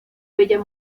bella